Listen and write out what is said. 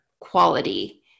quality